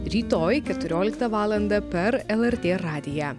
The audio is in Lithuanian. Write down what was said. rytoj keturioliktą valandą per lrt radiją